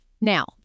Now